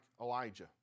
Elijah